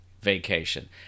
vacation